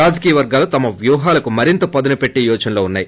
రాజకీయ వర్గాలు తమవ్యూహాలకు మరింత పదునుపెట్లే ఆలోచనలో ఉన్నాయి